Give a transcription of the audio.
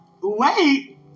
Wait